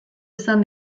izan